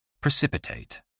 precipitate